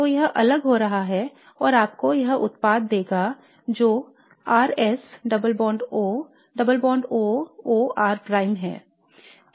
तो यह अलग हो रहा है और आपको वह उत्पाद देगा जो R S double bond O double bond O O R prime है